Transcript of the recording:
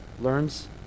learns